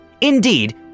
Indeed